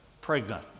pregnant